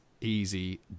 easy